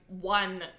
one